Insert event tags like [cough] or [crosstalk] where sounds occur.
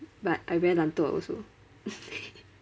but I very 懒惰 also [laughs]